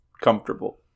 comfortable